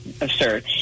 absurd